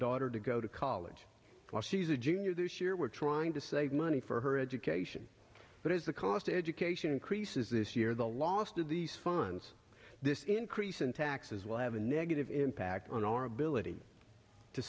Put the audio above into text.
daughter to go to college while she's a junior this year we're trying to save money for her education but as the cost of education increases this year the last of these funds this increase in taxes will have a negative impact on our ability to